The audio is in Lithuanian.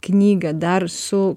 knygą dar su